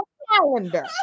calendar